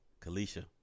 kalisha